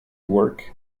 work